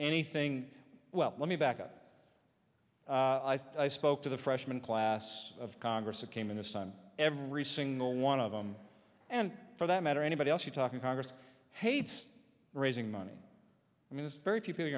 anything well let me back up i spoke to the freshman class of congress that came in this time every single one of them and for that matter anybody else you're talking congress hates raising money i mean it's very few people